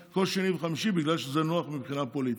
וחמישי בגלל שזה נוח מבחינה פוליטית.